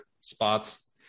spots